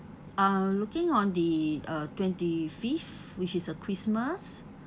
ah looking on the uh twenty-fifth which is uh christmas